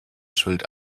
schuld